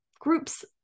groups